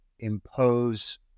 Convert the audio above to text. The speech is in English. impose